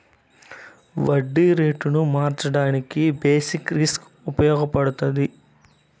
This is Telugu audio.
వడ్డీ రేటును మార్చడానికి బేసిక్ రిస్క్ ఉపయగపడతాది